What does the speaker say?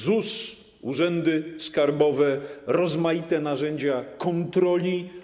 ZUS, urzędy skarbowe, rozmaite narzędzia kontroli.